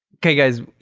okay guys,